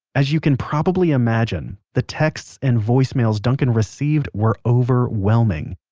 as you can probably imagine, the texts and voicemails duncan received were overwhelming.